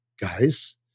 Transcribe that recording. guys